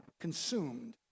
consumed